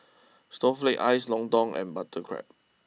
Snowflake Ice Lontong and Butter Prawn